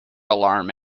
alarm